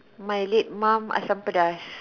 my late mum Asam-pedas